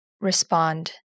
respond